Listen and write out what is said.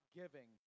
giving